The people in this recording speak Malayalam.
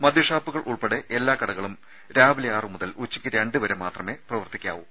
മദ്യ ഷാപ്പുകൾ ഉൾപ്പെടെ എല്ലാ കടകളും രാവിലെ ആറു മുതൽ ഉച്ചയ്ക്ക് രണ്ടുവരെ മാത്രമേ പ്രവർത്തിക്കാവൂ